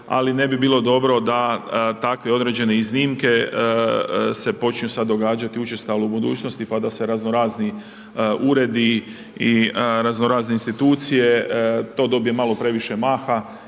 ali ne bi bilo dobro da takve određene iznimke se počnu sad događati učestalo u budućnosti pa da se razno razni uredi i razno razne institucije, to dobije malo previše maha